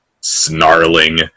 snarling